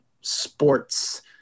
sports